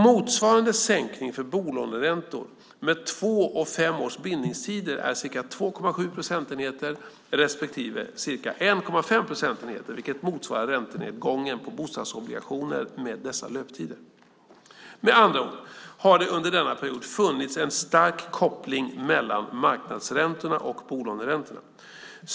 Motsvarande sänkning för bolåneräntor med två och fem års bindningstider är ca 2,7 procentenheter respektive cirka 1,5 procentenheter vilket motsvarar räntenedgången på bostadsobligationer med dessa löptider. Med andra ord har det under denna period funnits en stark koppling mellan marknadsräntorna och bolåneräntorna.